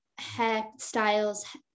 hairstyles